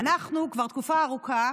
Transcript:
אנחנו כבר תקופה ארוכה